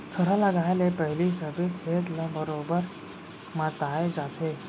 थरहा लगाए ले पहिली सबे खेत ल बरोबर मताए जाथे